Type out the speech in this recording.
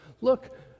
Look